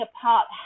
apart